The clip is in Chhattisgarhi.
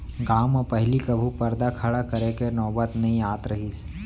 गॉंव म पहिली कभू परदा खड़ा करे के नौबत नइ आत रहिस